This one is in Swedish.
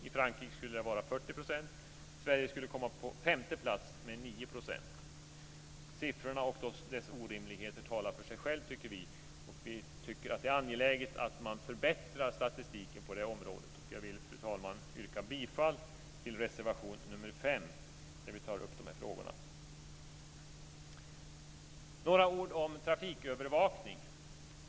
I Frankrike skulle det vara Siffrorna och deras orimlighet talar för sig själva, tycker vi. Vi anser att det är angeläget att man förbättrar statistiken på detta område. Fru talman! Jag yrkar bifall till reservation 5 där vi tar upp dessa frågor. Jag ska säga några ord om trafikövervakning.